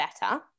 better